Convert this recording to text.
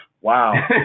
Wow